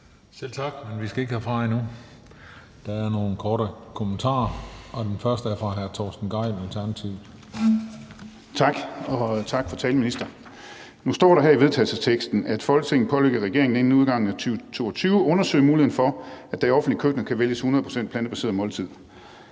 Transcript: Selv tak. Men vi skal ikke herfra endnu. Der er nogle korte bemærkninger, og den første er fra hr. Torsten Gejl, Alternativet. Kl. 15:23 Torsten Gejl (ALT): Tak. Og tak til ministeren for talen. Nu står der her i vedtagelsesteksten: »Folketinget pålægger regeringen inden udgangen af 2022 at undersøge muligheden for, at der i offentlige køkkener kan vælges et 100 pct. plantebaseret måltid.«